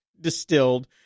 distilled